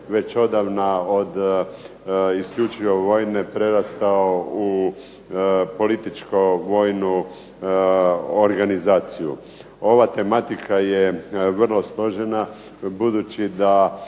već odavna isključio vojne, prerastao u političko-vojnu organizaciju. Ova tematika je vrlo složena budući da